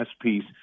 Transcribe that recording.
piece